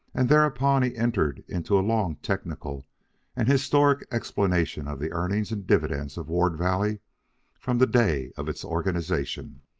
and thereupon he entered into a long technical and historical explanation of the earnings and dividends of ward valley from the day of its organization.